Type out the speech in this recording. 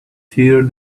steer